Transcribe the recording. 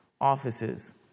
offices